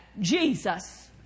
Jesus